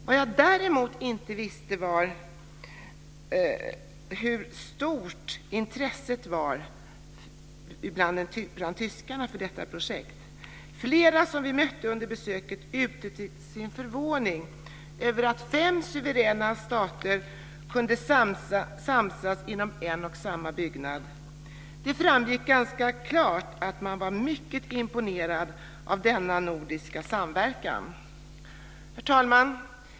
Vad jag däremot inte visste var hur stort intresset var bland tyskarna för detta projekt. Flera som vi mötte under besöket uttryckte sin förvåning över att fem suveräna stater kunde samsas inom en och samma byggnad. Det framgick ganska klart att man var mycket imponerad av denna nordiska samverkan. Herr talman!